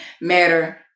matter